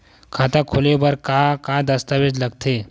खाता खोले बर का का दस्तावेज लगथे?